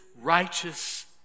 righteous